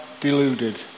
deluded